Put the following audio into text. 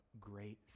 great